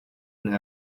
and